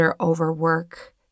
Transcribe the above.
overwork